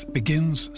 begins